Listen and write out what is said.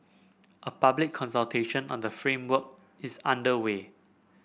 a public consultation on the framework is underway